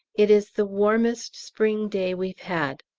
it is the warmest spring day we've had.